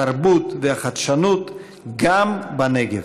תרבות וחדשנות גם בנגב.